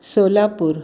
Solapur